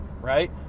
right